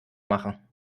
machen